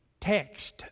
text